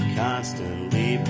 constantly